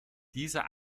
dieser